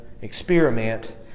experiment